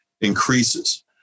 increases